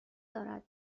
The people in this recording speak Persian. دارد